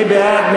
מי בעד?